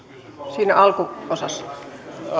siinä alkuosassa